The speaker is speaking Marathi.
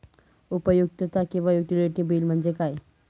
उपयुक्तता किंवा युटिलिटी बिल म्हणजे काय?